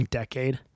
decade